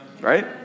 Right